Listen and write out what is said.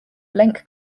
blink